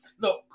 look